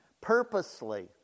purposely